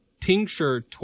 Tincture